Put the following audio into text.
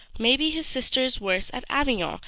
may be his sister is worse at avignon,